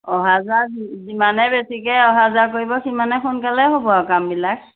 অহা যোৱা যিমানে বেছিকে অহা যোৱা কৰিব সিমানে সোনকালে হ'ব আৰু কামবিলাক